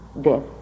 death